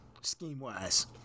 scheme-wise